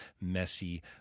messy